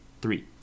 three